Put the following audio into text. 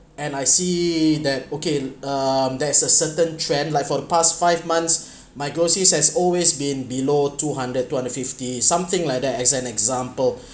and I see that okay um there's a certain trend like for the past five months my groceries has always been below two hundred two hundred fifty something like that as an example